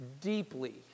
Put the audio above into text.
deeply